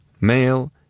male